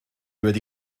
wedi